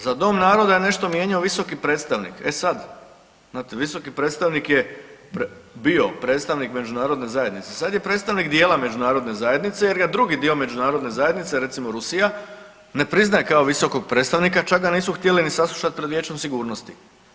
Za Dom naroda je nešto mijenjao visoki predstavnik, e sad, znate visoki predstavnik je bio predstavnik međunarodne zajednice, sad je predstavnik dijela međunarodne zajednice jer ga drugi dio međunarodne zajednice, recimo Rusija ne priznaje kao visokog predstavnika, čak ga nisu htjeli na saslušat pred Vijećem sigurnosti.